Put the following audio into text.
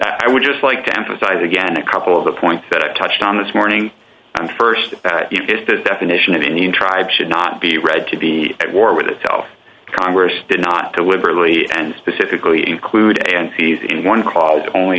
i would just like to emphasize again a couple of the points that i touched on this morning st is the definition of indian tribe should not be read to be at war with itself congress did not deliberately and specifically include and seize in one called only